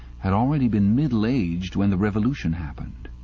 had already been middle-aged when the revolution happened.